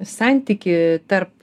santykį tarp